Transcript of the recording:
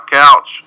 couch